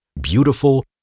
beautiful